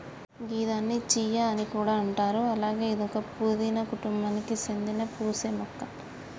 గిదాన్ని చియా అని కూడా అంటారు అలాగే ఇదొక పూదీన కుటుంబానికి సేందిన పూసే మొక్క